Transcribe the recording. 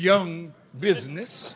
young business